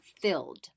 filled